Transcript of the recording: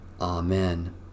Amen